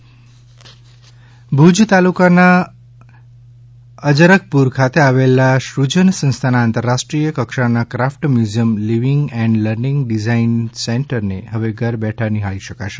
Bhuj craft Bhuj તાલુકાના અજરખપુર ખાતે આવેલા શ્રુજન સંસ્થાના આંતરરાષ્ટ્રીય કક્ષાના craft museum living and learning design centre ને હવે ઘર બેઠાં નિહાળી શકાશે